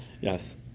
Yes